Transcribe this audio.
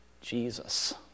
Jesus